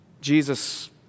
Jesus